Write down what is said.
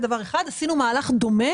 עשינו מהלך דומה